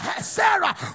Sarah